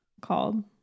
called